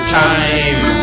time